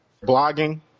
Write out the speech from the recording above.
blogging